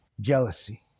jealousy